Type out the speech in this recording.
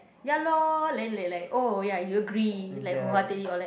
ya lor then like like oh ya you agree like whole heartedly all that